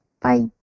Bye